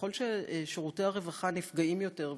ככל ששירותי הרווחה נפגעים יותר,